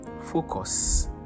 focus